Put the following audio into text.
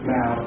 Now